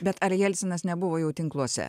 bet ar jelcinas nebuvo jau tinkluose